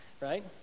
right